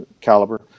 caliber